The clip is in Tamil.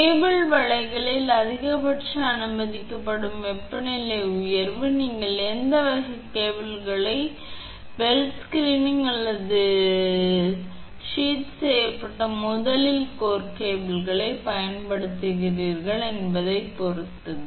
கேபிள் வலையில் அதிகபட்சமாக அனுமதிக்கப்படும் வெப்பநிலை உயர்வு நீங்கள் எந்த வகை கேபிளைப் பெல்ட் ஸ்கிரீனிங் அல்லது ஷீட் செய்யப்பட்ட முதலிய கோர் கோர்களைப் பயன்படுத்துகிறீர்கள் என்பதைப் பொறுத்தது